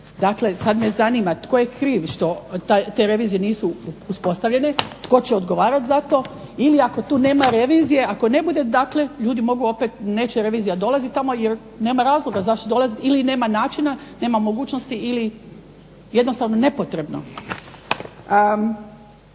Dakle, sad me zanima tko je kriv što te revizije nisu uspostavljene, tko će odgovarati za to? Ili ako tu nema revizije, ako ne bude dakle, ljudi mogu opet, neće revizija dolaziti tamo jer nema razloga zašto dolaziti ili nema načina, nema mogućnosti ili jednostavno je nepotrebno.